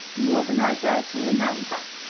more than i dare to remember.